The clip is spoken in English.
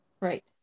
Right